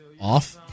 Off